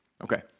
Okay